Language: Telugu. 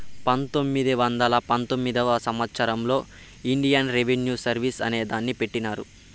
పంతొమ్మిది వందల పంతొమ్మిదివ సంవచ్చరంలో ఇండియన్ రెవిన్యూ సర్వీస్ అనే దాన్ని పెట్టినారు